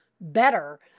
better